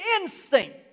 instinct